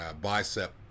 bicep